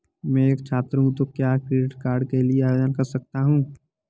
मैं एक छात्र हूँ तो क्या क्रेडिट कार्ड के लिए आवेदन कर सकता हूँ?